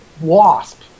wasp